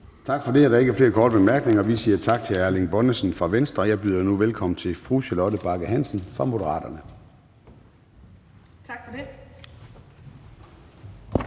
Tak for det. Der er ikke flere korte bemærkninger. Vi siger tak til hr. Erling Bonnesen fra Venstre, og jeg byder nu velkommen til fru Charlotte Bagge Hansen fra Moderaterne. Kl.